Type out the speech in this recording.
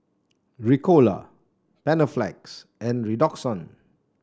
Ricola Panaflex and Redoxon